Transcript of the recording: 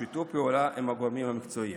בשיתוף פעולה עם הגורמים המקצועיים.